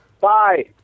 Bye